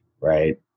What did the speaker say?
right